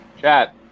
Chat